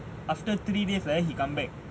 after three days like that he come back